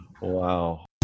Wow